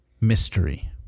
mystery